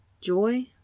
joy